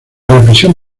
represión